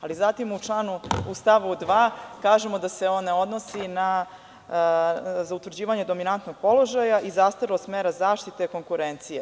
Ali, zatim u stavu 2. kažemo da se on ne odnosi na za utvrđivanje dominantnog položaja i zastarelost mera zaštite od konkurencije.